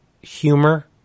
humor